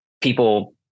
people